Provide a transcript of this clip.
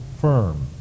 firm